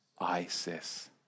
ISIS